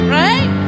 right